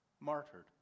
martyred